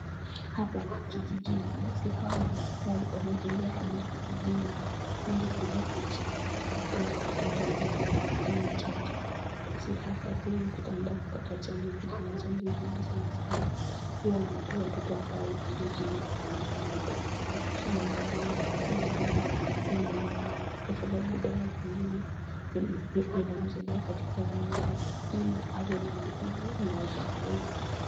Hapa ni kijijini basi hawa madaktari wametembea hadi kijijini, ili kuja kupea watoto abao wako kijijni chonjo, basi hapo huyu mtoto anaenda kupata chanjo kuna chanjo nyingi sana sana huwa wanapewa watoto abao walio chini ya miaaka mitano wasishikwe na magonjwa kama vile kuwa mlemavu kwa sababu dawa zinamsaidia katika mwili wake ili awe na nguvu na umarifu.